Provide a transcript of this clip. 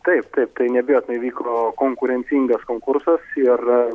taip taip tai neabejotinai vyko konkurencingas konkursas ir